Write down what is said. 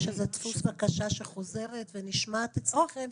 יש איזה דפוס בקשה שחוזרת ונשמעת אצלכם?